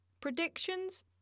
predictions